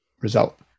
result